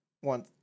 one